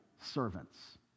servants